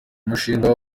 umushinga